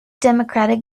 democratic